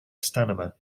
stamina